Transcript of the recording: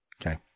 Okay